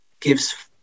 gives